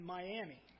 Miami